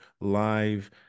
live